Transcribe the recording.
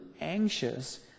anxious